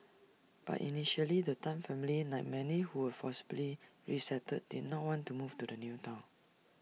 but initially the Tan family like many who were forcibly resettled did not want to move to the new Town